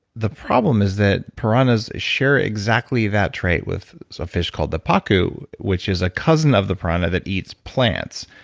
the problem is that piranhas share exactly that trait with a fish called the pacu, which is a cousin of the piranha that eats plants.